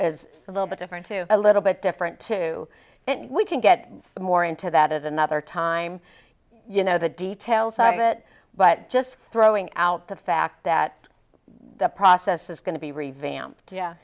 is a little bit different to a little bit different too and we can get more into that at another time you know the details of it but just throwing out the fact that the process is going to be revamped